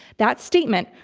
that statement,